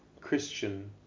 Christian